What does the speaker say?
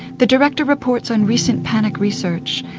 the director reports on recent panic research,